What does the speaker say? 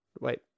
wait